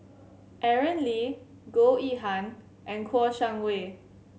Aaron Lee Goh Yihan and Kouo Shang Wei